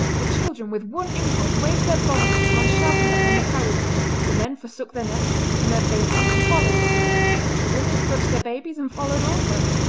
the children with one impulse waved their bonnets and ran shouting behind the carriage the men forsook their nets and their baiting and followed the women clutched their babies, and followed also.